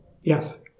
Yes